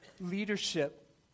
leadership